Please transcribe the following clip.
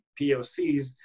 pocs